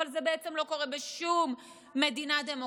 אבל זה בעצם לא קורה בשום מדינה דמוקרטית.